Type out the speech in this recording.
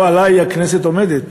לא עלי הכנסת עומדת,